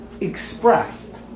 expressed